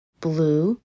blue